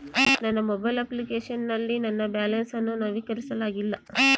ನನ್ನ mobile application ನಲ್ಲಿ ನನ್ನ ಬ್ಯಾಲೆನ್ಸ್ ಅನ್ನು ನವೀಕರಿಸಲಾಗಿಲ್ಲ